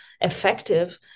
effective